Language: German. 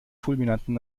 fulminanten